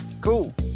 Cool